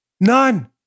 None